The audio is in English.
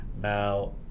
Now